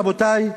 רבותי,